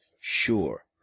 Sure